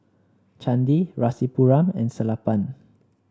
Chandi Rasipuram and Sellapan